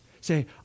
say